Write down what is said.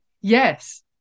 yes